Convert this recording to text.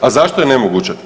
A zašto je nemoguće?